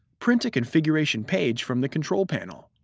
print a configuration page from the control panel.